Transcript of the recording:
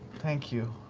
thank you,